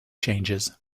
changes